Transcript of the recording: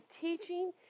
teaching